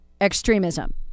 extremism